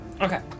Okay